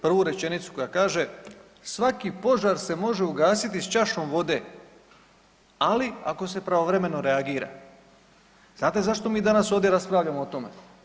Prvu rečenicu koja kaže „Svaki požar se može ugasiti s čašom vode, ali ako se pravovremeno reagira.“ Znate zašto mi danas ovdje raspravljamo o tome?